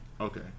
Okay